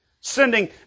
sending